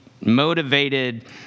motivated